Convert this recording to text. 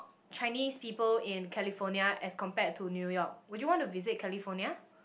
Chinese people in California as compared to New-York would you want to visit California